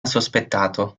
sospettato